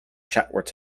chatsworth